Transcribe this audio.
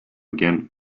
again